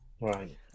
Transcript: right